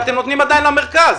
ואתם נותנים עדיין למרכז.